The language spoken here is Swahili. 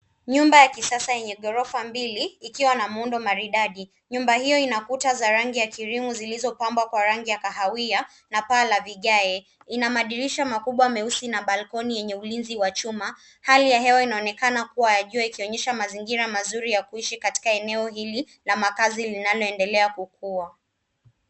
Nyumba ya kisasa yenye ghorofa mbili ikiwa na muundo maridadi. Nyumba hio ina kuta za rangi ya krimu zilizopambwa kwa rangi ya kahawia na paa la vigae. Ina madirisha makubwa meusi na balkoni yenye ulinzi wa chuma. Hali ya hewa inaonekana kuwa ya jua ikionyesha mazingira mazuri ya kuishi katika eneo hili la makzi linaloendelea kukua.